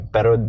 Pero